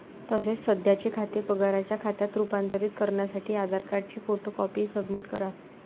तसेच सध्याचे खाते पगाराच्या खात्यात रूपांतरित करण्यासाठी आधार कार्डची फोटो कॉपी सबमिट करा